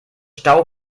stau